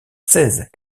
seize